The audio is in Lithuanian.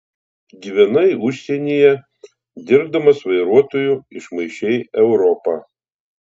gyvenai užsienyje dirbdamas vairuotoju išmaišei europą